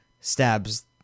stabs